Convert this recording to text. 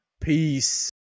Peace